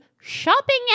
shopping